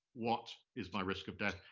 what is my risk of death?